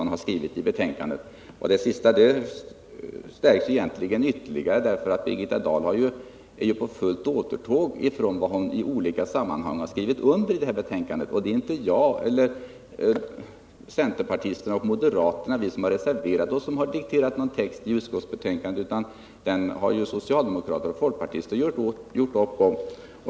Misstanken att det snarast är fråga om det sistnämnda stärks egentligen nu, eftersom Birgitta Dahl är på fullt återtåg från vad hon har skrivit under i betänkandet. Det är inte centerpartisterna och moderaterna, vi som har reserverat oss, som har dikterat texten i utskottsbetänkandet — den har socialdemokrater och folkpartister gjort upp om.